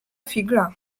figla